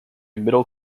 middle